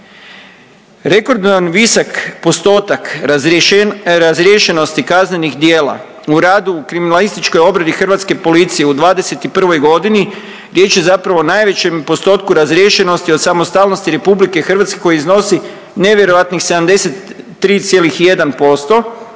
Rekordno visok postotak razriješenosti kaznenih djela u radu u kriminalističkoj obradi Hrvatske policije u 2021. godini riječ je zapravo o najvećem postotku razriješenosti od samostalnosti Republike Hrvatske koji iznosi nevjerojatnih 73,1%